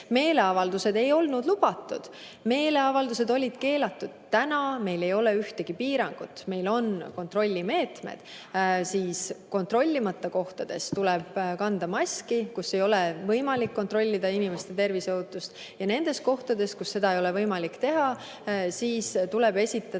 meeleavaldused ei olnud lubatud, meeleavaldused olid keelatud. Täna meil ei ole ühtegi piirangut, meil on kontrollimeetmed. Kontrollimata kohtades, kus ei ole võimalik kontrollida inimeste terviseohutust, tuleb kanda maski. Ja nendes kohtades, kus seda ei ole võimalik teha, tuleb esitada